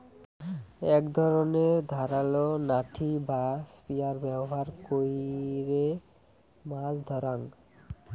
এক ধরণের ধারালো নাঠি বা স্পিয়ার ব্যবহার কইরে মাছ ধরাঙ